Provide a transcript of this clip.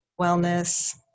wellness